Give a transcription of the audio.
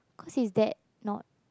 cause his dad not